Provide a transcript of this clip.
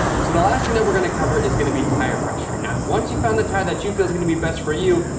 so the last thing that we're gonna cover is gonna be tire pressure. now, once you've found the tire that you feel is gonna be best for you,